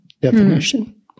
definition